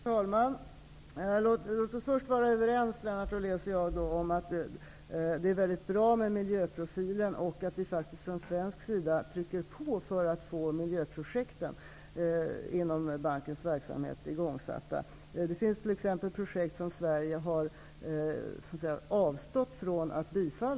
Herr talman! Låt oss först vara överens, Lennart Daléus och jag, om att det är väldigt bra med miljöprofilen och att vi faktiskt från svensk sida trycker på för att få miljöprojekten inom bankens verksamhet igångsatta. Det finns t.ex. projekt som Sverige har avstått från att bifalla.